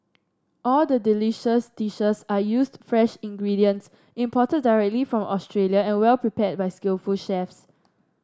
all the delicious dishes are used fresh ingredients imported directly from Australia and well prepared by skillful chefs